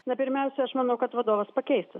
na pirmiausia aš manau kad vadovas pakeistas